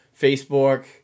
Facebook